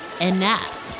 enough